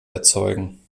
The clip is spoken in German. erzeugen